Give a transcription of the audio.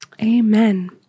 Amen